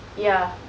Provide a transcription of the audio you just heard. ya